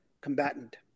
combatant